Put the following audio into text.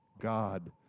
God